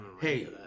Hey